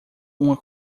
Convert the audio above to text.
uma